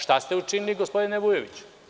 Šta ste učinili, gospodine Vujoviću?